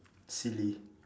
silly